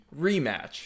rematch